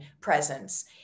presence